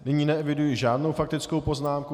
Nyní neeviduji žádnou faktickou poznámku.